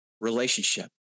relationship